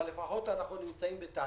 אבל לפחות אנחנו נמצאים בתהליך.